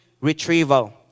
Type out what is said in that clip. retrieval